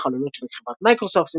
ההפעלה חלונות של חברת מיקרוסופט,